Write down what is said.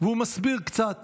הוא מסביר קצת